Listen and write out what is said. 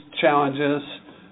challenges